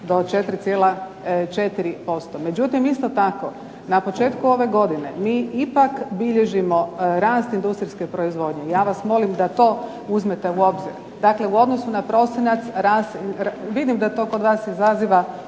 do 4,4%. Međutim isto tako, na početku ove godine mi ipak bilježimo rast industrijske proizvodnje. Ja vas molim da to uzmete u obzir. Dakle u odnosu na prosinac, vidim da to kod vas izaziva